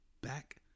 back